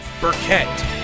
Burkett